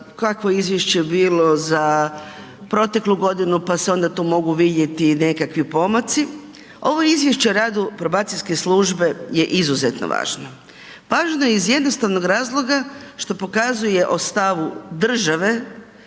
kakvo je izvješće za proteklu godinu pa e onda tu mogu vidjeti i nekakvi pomaci, ovo izvješće o radu probacijske službe je izuzetno važno. Važno je iz jednostavnog razloga što pokazuje o stavu države